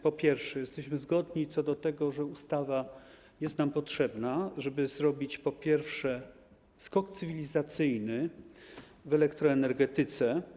Po pierwsze, jesteśmy zgodni co do tego, że ustawa jest nam potrzebna, żeby zrobić skok cywilizacyjny w elektroenergetyce.